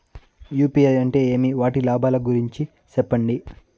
UPI అంటే ఏమి? వాటి లాభాల గురించి సెప్పండి?